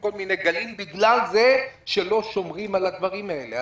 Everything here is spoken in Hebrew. כל מיני גלים בגלל זה שלא שומרים על הדברים האלה.